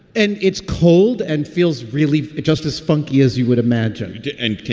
and it's cold and feels really just as funky as you would imagine to entertain.